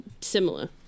similar